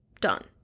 Done